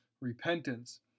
repentance